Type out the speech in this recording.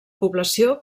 població